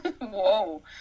Whoa